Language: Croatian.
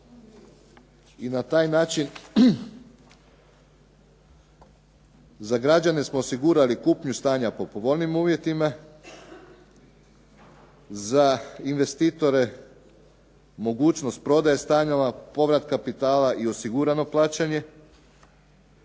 i na taj način za građane smo osigurali kupnju stana po povoljnijim uvjetima, za investitore mogućnost prodaje stanova, povrat kapitala i osigurano plaćanje,